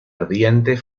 ardiente